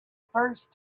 first